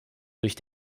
durch